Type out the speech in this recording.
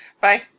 Bye